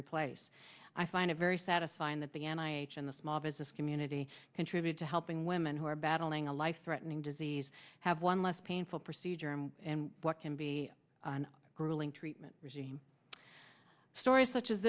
replace i find it very satisfying that the and i in the small business community contribute to helping women who are battling a life threatening disease have one less painful procedure and what can be a grueling treatment regime stories such as